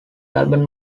album